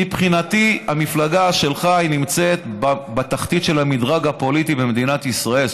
מבחינתי המפלגה שלך נמצאת בתחתית של המדרג הפוליטי במדינת ישראל,